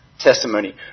testimony